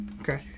Okay